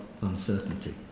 Uncertainty